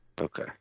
Okay